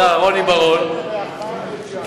רוני בר-און,